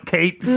Kate